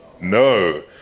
No